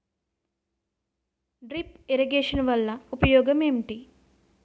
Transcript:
drip irrigation వలన ఉపయోగం ఏంటి